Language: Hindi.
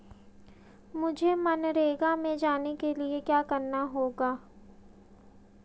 मुझे मनरेगा में जाने के लिए क्या करना होगा?